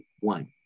one